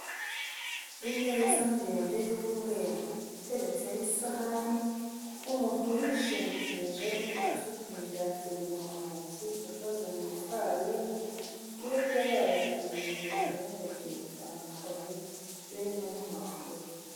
Imeza ndende y'umweru iteretseho isahani, umuntu uyishingikirijeho afite imigati ibiri mu ntoki ikoze mu ifarini, hirya yayo hari ibintu bihanyanyagiye bitandukanye, birimo n'impapuro.